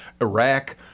Iraq